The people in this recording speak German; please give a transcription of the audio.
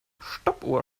stoppuhr